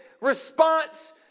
response